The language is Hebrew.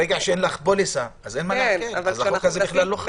ברגע שאין לך פוליסה, החוק לא חל.